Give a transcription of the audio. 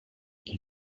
qui